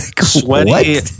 Sweaty